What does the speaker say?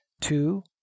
two